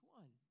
one